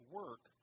work